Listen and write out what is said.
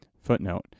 footnote